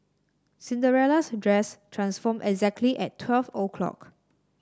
Cinderella's dress transformed exactly at twelve o' clock